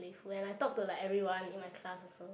if when I talk to like everyone in my class also